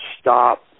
stop